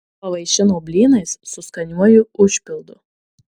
pavaišino blynais su skaniuoju užpildu